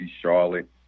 Charlotte